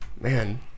Man